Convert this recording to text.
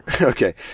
Okay